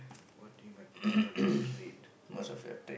what do you my personal trait uh